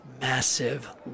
massive